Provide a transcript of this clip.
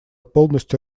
полностью